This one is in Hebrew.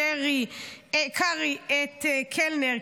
קרעי את קלנר,